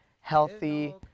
healthy